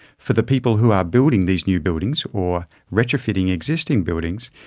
for the people who are building these new buildings or retrofitting existing buildings,